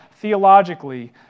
theologically